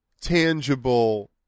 tangible